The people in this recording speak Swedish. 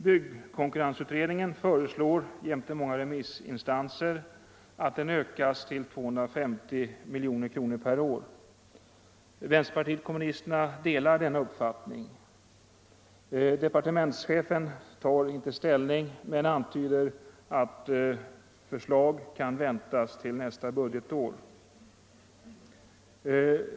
Byggkonkurrensutredningen föreslår jämte många remissinstanser, att den skall ökas till 250 miljoner kronor per år. Vänsterpartiet kommunisterna delar denna uppfattning. Departementschefen tar inte ställning men antyder att förslag kan väntas till nästa budgetår.